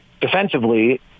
defensively